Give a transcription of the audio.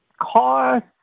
cost